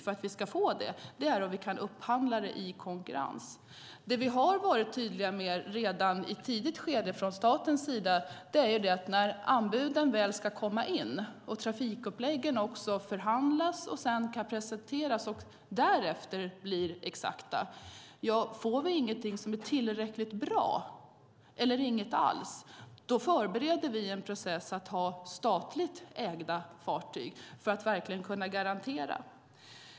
För att vi ska få bra färjetrafik måste vi upphandla den i konkurrens. Det som vi har varit tydliga med från statens sida redan i ett tidigt skede är att om vi, när anbuden väl ska komma in, trafikuppläggen ska förhandlas och sedan presenteras och därefter bli exakta, inte får något anbud som är tillräckligt bra eller inget alls förbereder vi en process att ha statligt ägda fartyg för att verkligen kunna garantera detta.